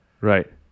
Right